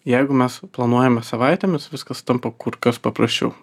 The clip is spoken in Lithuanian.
jeigu mes planuojame savaitėmis viskas tampa kur kas paprasčiau